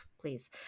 please